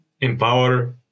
empower